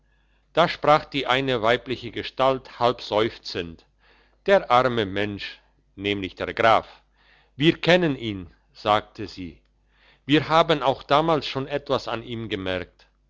da sprach die eine weibliche gestalt halb seufzend der arme mensch nämlich der graf wir kennen ihn sagte sie wir haben auch damals schon etwas an ihm gemerkt